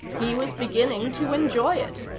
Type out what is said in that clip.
he was beginning to enjoy it.